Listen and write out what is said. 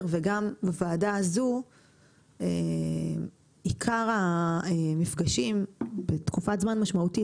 וגם בוועדה הזו עיקר המפגשים בתקופת זמן משמעותית,